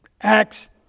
Acts